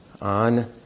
on